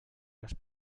les